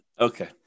Okay